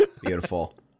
Beautiful